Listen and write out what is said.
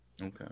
Okay